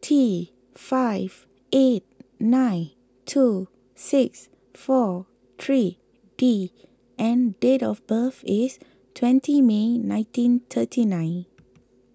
T five eight nine two six four three D and date of birth is twenty May nineteen thirty nine